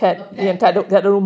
a pet cat